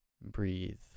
breathe